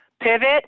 Pivot